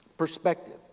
perspective